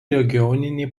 regioninį